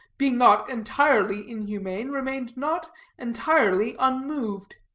being not entirely inhumane, remained not entirely unmoved.